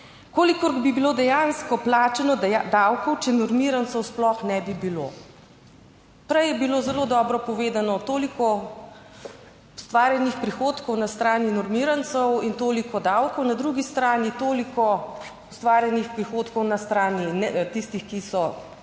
kolikor bi bilo dejansko plačano davkov, če normirancev sploh ne bi bilo. Prej je bilo zelo dobro povedano, toliko ustvarjenih prihodkov na strani normirancev in toliko davkov na drugi strani, toliko ustvarjenih prihodkov na strani tistih, ki so espeji,